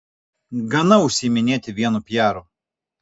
gana užsiiminėti vienu pijaru